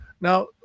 now